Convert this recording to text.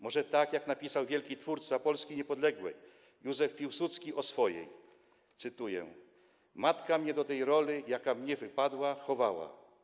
Może tak, jak napisał wielki twórca Polski niepodległej Józef Piłsudski o swojej matce, cytuję: Matka mnie do tej roli, jaka mnie wypadła, chowała.